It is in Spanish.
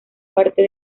parte